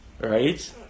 right